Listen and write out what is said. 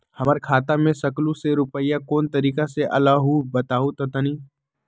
हमर खाता में सकलू से रूपया कोन तारीक के अलऊह बताहु त तनिक?